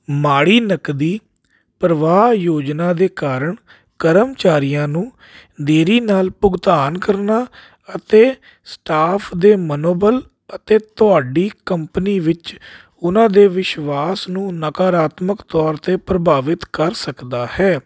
ਮਾੜੀ ਨਕਦੀ ਪਰਵਾਹ ਯੋਜਨਾ ਦੇ ਕਾਰਨ ਕਰਮਚਾਰੀਆਂ ਨੂੰ ਦੇਰੀ ਨਾਲ ਭੁਗਤਾਨ ਕਰਨਾ ਅਤੇ ਸਟਾਫ ਦੇ ਮਨੋਬਲ ਅਤੇ ਤੁਹਾਡੀ ਕੰਪਨੀ ਵਿੱਚ ਉਹਨਾਂ ਦੇ ਵਿਸ਼ਵਾਸ ਨੂੰ ਨਕਾਰਾਤਮਕ ਤੌਰ 'ਤੇ ਪ੍ਰਭਾਵਿਤ ਕਰ ਸਕਦਾ ਹੈ